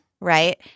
right